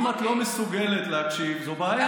עוד פעם, אם את לא מסוגלת להקשיב, זו בעיה.